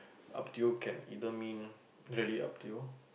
up to you can either mean really up to you